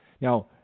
Now